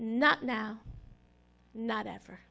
not now not ever